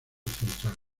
central